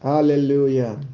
Hallelujah